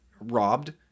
robbed